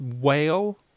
whale